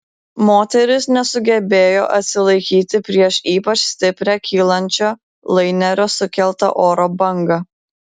moteris nesugebėjo atsilaikyti prieš ypač stiprią kylančio lainerio sukeltą oro bangą